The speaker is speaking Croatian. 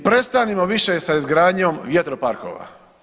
I prestanimo više sa izgradnjom vjetroparkova.